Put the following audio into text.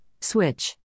switch